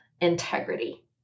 integrity